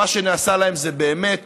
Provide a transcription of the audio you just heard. מה שנעשה להם זה מביש,